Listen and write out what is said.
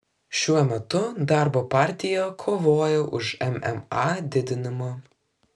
šiuo metu darbo partija kovoja už mma didinimą